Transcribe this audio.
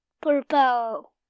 Purple